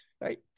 right